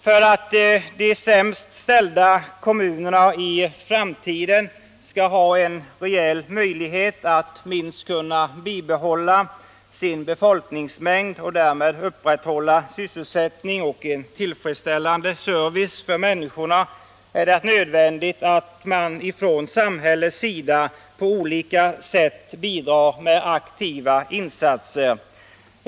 För att de sämst ställda kommunerna i framtiden skall ha en rejäl möjlighet att minst kunna bibehålla sin folkmängd och därmed upprätthålla sysselsättning och en tillfredsställande service för människorna är det nödvändigt att man från samhällets sida på olika sätt bidrar med aktiva insatser.